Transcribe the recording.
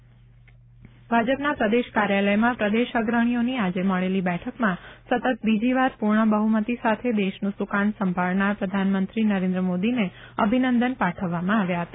ભાજપ ભાજપા પ્રદેશ કાર્યાલયમાં પ્રદેશ અગ્રણીઓની આજે મળેલી બેઠકમાં સતત બીજીવાર પૂર્ણ બહુમતી સાથે દેશનું સુકાન સંભાળનાર પ્રધાનમંત્રી નરેન્દ્ર મોદીને અભિનંદન પાઠવવામાં આવ્યા હતા